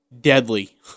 deadly